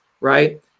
right